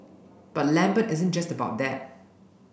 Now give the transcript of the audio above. but Lambert isn't just about that